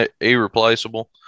irreplaceable